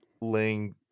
laying